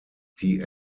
die